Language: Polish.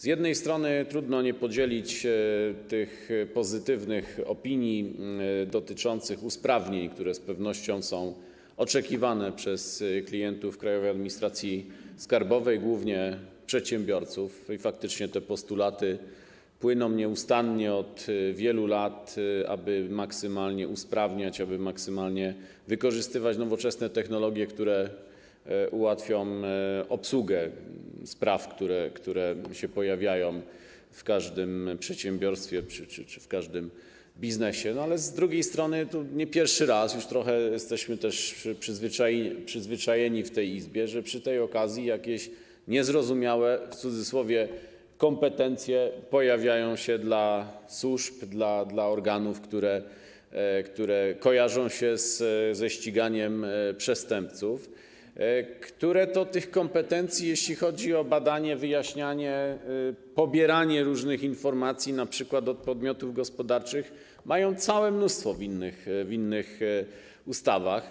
Z jednej strony trudno nie podzielić tych pozytywnych opinii dotyczących usprawnień, które z pewnością są oczekiwane przez klientów Krajowej Administracji Skarbowej, głównie przedsiębiorców - faktycznie te postulaty płyną nieustannie od wielu lat, aby maksymalnie usprawniać, maksymalnie wykorzystywać nowoczesne technologie, które ułatwią obsługę spraw, które pojawiają się w każdym przedsiębiorstwie czy w każdym biznesie - ale z drugiej strony nie pierwszy raz, do czego jesteśmy już trochę przyzwyczajeni w tej Izbie, przy tej okazji jakieś niezrozumiałe kompetencje pojawiają się w przypadku służb, organów, które kojarzą się ze ściganiem przestępców, które to tych kompetencji, jeśli chodzi o badanie, wyjaśnianie i pobieranie różnych informacji, np. od podmiotów gospodarczych, mają całe mnóstwo w innych ustawach.